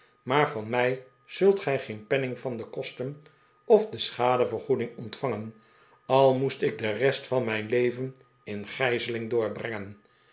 maar van mij zult gij geen penning van de kosten of de schadevergoeding ontvangen al moest ik de rest van mijn leven in gijzeling doorbrengen